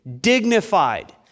dignified